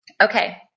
Okay